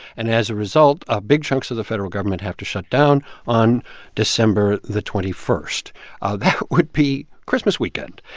and as a result, ah big chunks of the federal government have to shut down on december the twenty one. ah that would be christmas weekend